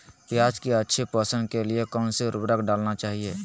प्याज की अच्छी पोषण के लिए कौन सी उर्वरक डालना चाइए?